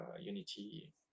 Unity